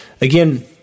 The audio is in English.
Again